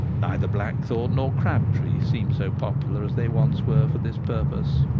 neither blackthorn nor crabtree seem so popular as they once were for this purpose.